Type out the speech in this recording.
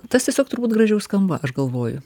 tas tiesiog turbūt gražiau skamba aš galvoju